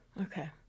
okay